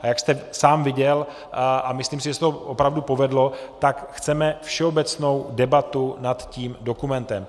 A jak jste sám viděl, a myslím si, že se to opravdu povedlo, tak chceme všeobecnou debatu nad tím dokumentem.